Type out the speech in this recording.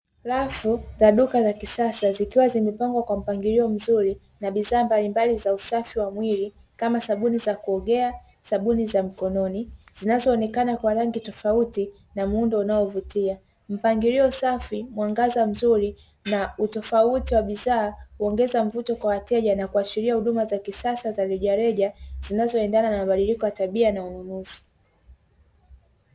Rafu za duka la kisasa zikiwa zimepangwa kwa mpangilio mzuri na bidhaa mbalimbali za usafi wa mwili kama sabuni za kuongea, sabuni za mkononi zinazo onekana kwa rangi tofauti na muundo unao vutia. Mpangilio safi, mwangaza mzuri na utofauti wa bidhaa huongeza mvuto kwa wateja na kuashiria huduma za kisasa za rejareja zinazoendana na mabadiriko ya tabia na ununuzi.